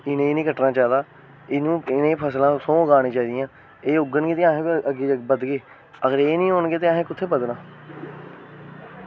ते एह् इनेंगी निं कट्टना चाहिदा इनें सगुआं फसलां उत्थां गै उगाना चाही दियां ओएह् उग्गन ते अस अग्गें बधगे अगर एह् निं होन ते असें कुत्थूं बधना